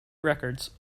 records